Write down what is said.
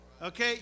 Okay